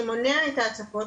שמונע את ההצפות.